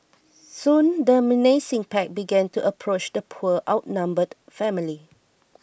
soon the menacing pack began to approach the poor outnumbered family